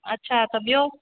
अच्छा त ॿियों